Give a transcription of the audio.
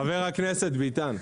חבר הכנסת ביטן,